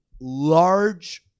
large